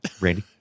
Randy